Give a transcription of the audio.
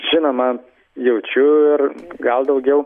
žinoma jaučiu ir gal daugiau